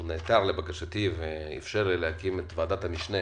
נעתר לבקשתי ואיפשר לי להקים את ועדת המשנה